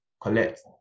collect